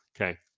Okay